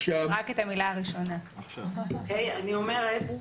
אני אומרת,